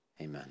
amen